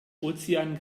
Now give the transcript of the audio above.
ozean